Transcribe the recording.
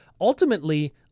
Ultimately